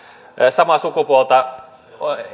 samaa sukupuolta